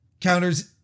Counters